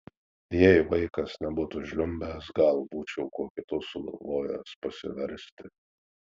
jei vaikas nebūtų žliumbęs gal būčiau kuo kitu sugalvojęs pasiversti